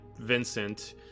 Vincent